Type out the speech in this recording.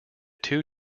two